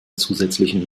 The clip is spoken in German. zusätzlichen